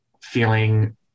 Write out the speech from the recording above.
feeling